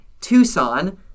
tucson